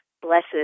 blessed